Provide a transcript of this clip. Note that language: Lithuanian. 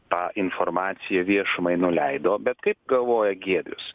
tą informaciją viešumai nuleido bet kaip galvoja giedrius